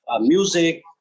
music